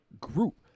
group